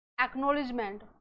acknowledgement